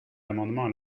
amendements